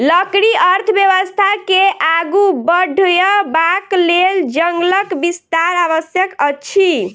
लकड़ी अर्थव्यवस्था के आगू बढ़यबाक लेल जंगलक विस्तार आवश्यक अछि